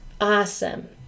Awesome